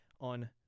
on